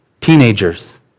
teenagers